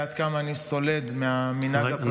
מרגע שפנו אליי מקואליציית הארגונים למניעת